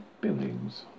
Buildings